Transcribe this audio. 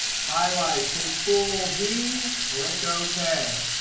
highlight, control v, click ok.